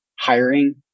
Hiring